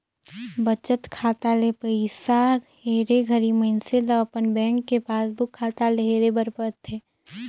बचत खाता ले पइसा हेरे घरी मइनसे ल अपन बेंक के पासबुक खाता ले हेरे बर परथे